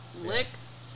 licks